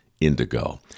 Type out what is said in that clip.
indigo